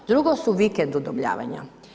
Drugo su vikend udomljavanja.